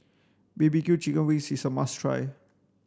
B B Q chicken wings is a must try